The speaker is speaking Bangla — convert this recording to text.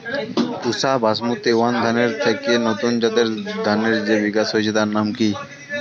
পুসা বাসমতি ওয়ান ধানের থেকে নতুন জাতের ধানের যে বিকাশ হয়েছে তার নাম কি?